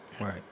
right